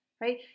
right